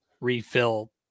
refill